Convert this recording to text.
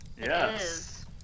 Yes